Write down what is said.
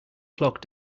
clock